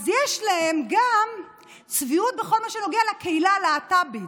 אז יש להם צביעות גם בכל מה שנוגע לקהילה הלהט"בית,